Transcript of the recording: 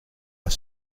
are